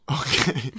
Okay